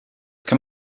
kann